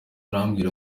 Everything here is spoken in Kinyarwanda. arambwira